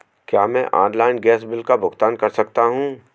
क्या मैं online gas bill का भुगतान कर सकता हूँ?